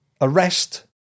arrest